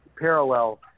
parallel